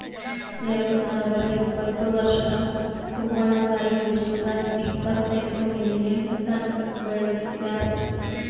ಎರಡು ಸಾವಿರ ಇಪ್ಪತ್ತು ವರ್ಷದಾಗ್ ಕುಂಬಳ ಕಾಯಿ ವಿಶ್ವದಾಗ್ ಇಪ್ಪತ್ತೆಂಟು ಮಿಲಿಯನ್ ಟನ್ಸ್ ಬೆಳಸ್ಯಾರ್